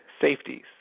safeties